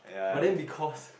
but then because